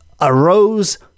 arose